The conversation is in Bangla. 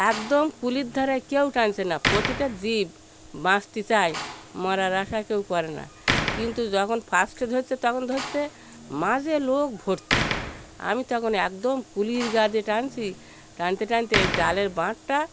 একদম কূলের ধারায় কেউ টানছে না প্রতিটা জীব বাঁচতে চায় মরার আশা কেউ করে না কিন্তু যখন ফার্স্টে ধরছে তখন ধরছে মাঝে লোক ভর্তি আমি তখন একদম কূলের গা দিয়ে টানছি টানতে টানতে এই জালের বাঁকটা